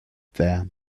there